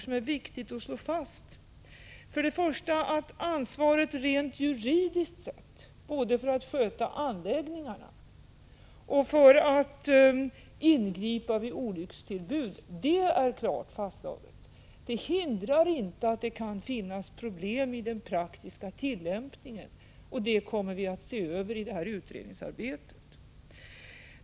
f of 88 dammhkatastrofer För det första: Ansvaret rent juridiskt sett både för att sköta anläggningarna och för att ingripa vid olyckstillbud är klart fastslaget. Det hindrar inte att det kan finnas problem i den praktiska tillämpningen, och sådana förhållanden kommer vi att se över i utredningsarbetet.